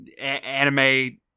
anime